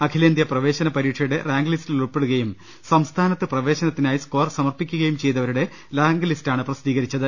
അഖിലേന്ത്യാ പ്രവേശന പരീക്ഷയുടെ റാങ്ക്ലിസ്റ്റിൽ ഉൾപെ ടുകയും സംസ്ഥാനത്ത് പ്രവേശനത്തിനായി സ്കോർ സമർപ്പിക്കുകയും ചെയ്തവരുടെ റാങ്ക് ലിസ്റ്റാണ് പ്രസിദ്ധീ കരിച്ചത്